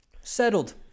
settled